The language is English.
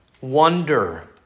wonder